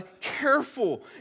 careful